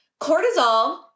cortisol